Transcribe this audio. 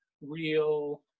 real